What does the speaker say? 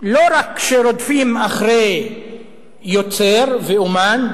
לא רק שרודפים אחרי יוצר ואמן,